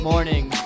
morning